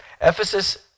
Ephesus